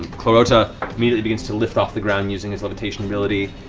clarota immediately begins to lift off the ground using his levitation ability,